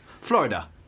Florida